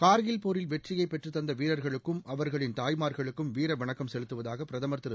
கார்கில் போரில் வெற்றியை பெற்றுத் தந்த வீரர்களுக்கும் அவர்களின் தாய்மார்களுக்கும் வீர வணக்கம் செலுத்துவதாக பிரதமர் திரு